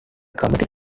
committee